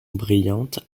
brillante